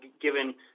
given